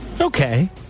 Okay